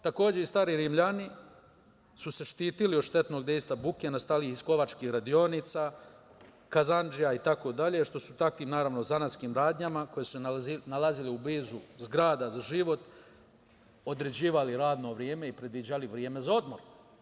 Takođe i stari Rimljani su se štitili od štetnog dejstva buke nastale iz kovačkih radionica, kazandžija itd. što je u zanatskim radnjama koje su se nalazile blizu zgrada za život, određivali radno vreme i predviđali vreme za odmor.